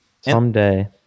someday